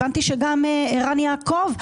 הבנתי שגם ערן יעקב,